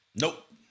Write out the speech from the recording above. Nope